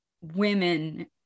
women